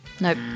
Nope